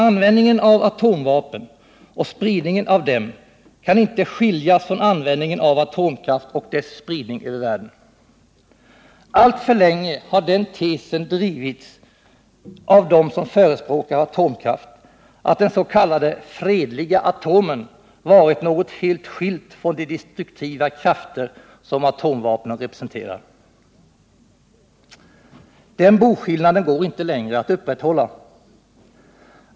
Användningen av atomvapen och spridningen av dem kan inte skiljas från användningen av atomkraft och dess spridning över världen. Alltför länge har den tesen drivits av atomkraftens förespråkare att den ”fredliga atomen” varit något helt skilt från de destruktiva krafter som atomvapnen representerar. Den boskillnaden går inte längre att upprätthålla.